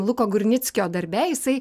luko gurnickio darbe jisai